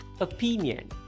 opinion